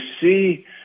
see